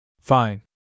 Fine